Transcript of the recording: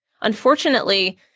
Unfortunately